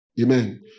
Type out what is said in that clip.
Amen